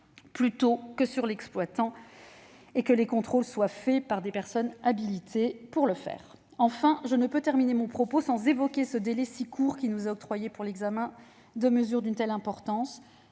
plutôt que sur l'exploitant, et que les contrôles soient effectués par des personnes habilitées à le faire. Enfin, je ne peux terminer mon propos sans évoquer le délai si court qui nous est octroyé pour l'examen de mesures d'une telle importance.